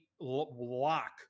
lock